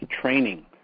training